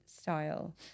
style